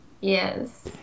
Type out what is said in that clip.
Yes